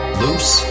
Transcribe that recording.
loose